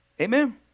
Amen